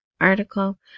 article